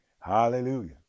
Hallelujah